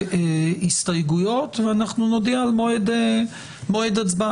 הסתייגויות ואנחנו נודיע על מועד הצבעה.